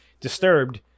disturbed